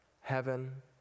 heaven